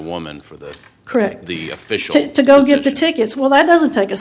woman for the correct the fish get to go get the tickets well that doesn't take a